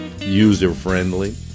user-friendly